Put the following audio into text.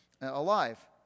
alive